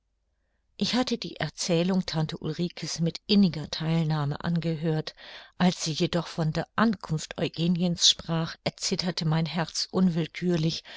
ich hatte die erzählung tante ulrike's mit inniger theilnahme angehört als sie jedoch von der ankunft eugeniens sprach erzitterte mein herz unwillkürlich